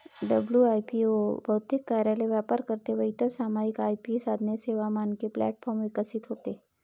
WIPO बौद्धिक कार्यालय, वापरकर्ते व इतर सामायिक आय.पी साधने, सेवा, मानके प्लॅटफॉर्म विकसित होते